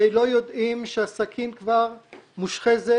ולא יודעים שהסכין כבר מושחזת